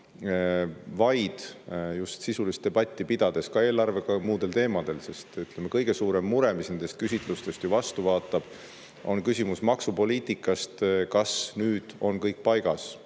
vaid just sisulist debatti pidama – eelarvega, ka muudel teemadel –, sest kõige suurem mure, mis nendest küsitlustest ju vastu vaatab, on küsimus maksupoliitikast, et kas nüüd on kõik paigas. Hea